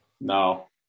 No